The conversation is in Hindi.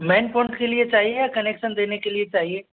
मेन पॉइंट के लिए चाहिए या कनेक्सन देने के लिए